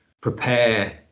prepare